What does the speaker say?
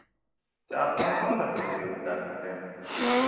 तो आप कौन कौन सा सब्जी उपजा सकते हैं